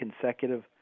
consecutive